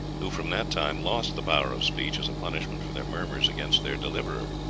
who from that time lost the power of speech, as a punishment for their murmurs against their deliverer.